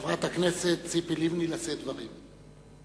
חברת הכנסת ציפי לבני, לשאת את דברה.